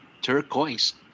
Turquoise